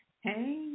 Hey